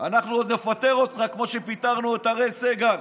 אנחנו עוד נפטר אותך כמו שפיטרנו את אראל סגל.